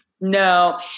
No